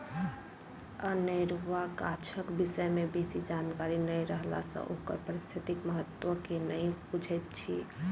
अनेरुआ गाछक विषय मे बेसी जानकारी नै रहला सँ ओकर पारिस्थितिक महत्व के नै बुझैत छी